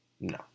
no